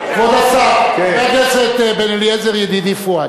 כבוד השר, חבר הכנסת בן-אליעזר, ידידי פואד,